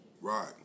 Right